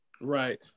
Right